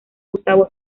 gustavo